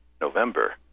November